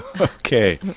Okay